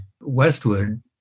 Westwood